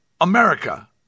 America